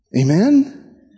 Amen